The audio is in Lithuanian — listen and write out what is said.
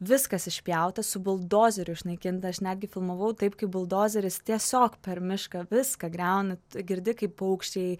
viskas išpjauta su buldozeriu išnaikinta aš netgi filmavau taip kaip buldozeris tiesiog per mišką viską griauna girdi kaip paukščiai